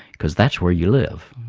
because that's where you live.